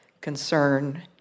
concern